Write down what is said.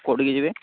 କୋଉଠିକି ଯିବେ